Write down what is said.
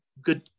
good